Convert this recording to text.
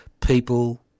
people